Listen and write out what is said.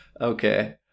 Okay